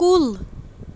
کُل